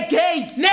gates